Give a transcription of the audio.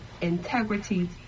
Integrity